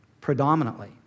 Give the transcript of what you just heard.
predominantly